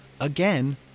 again